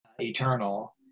eternal